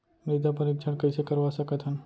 मृदा परीक्षण कइसे करवा सकत हन?